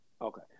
Okay